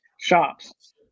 shops